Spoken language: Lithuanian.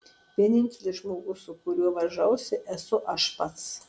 vienintelis žmogus su kuriuo varžausi esu aš pats